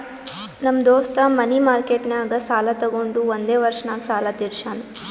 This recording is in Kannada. ನಮ್ ದೋಸ್ತ ಮನಿ ಮಾರ್ಕೆಟ್ನಾಗ್ ಸಾಲ ತೊಗೊಂಡು ಒಂದೇ ವರ್ಷ ನಾಗ್ ಸಾಲ ತೀರ್ಶ್ಯಾನ್